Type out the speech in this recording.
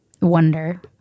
wonder